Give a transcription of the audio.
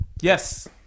Yes